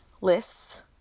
lists